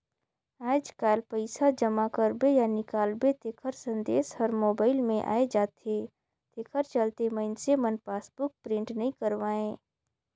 आयज कायल पइसा जमा करबे या निकालबे तेखर संदेश हर मोबइल मे आये जाथे तेखर चलते मइनसे मन पासबुक प्रिंट नइ करवायें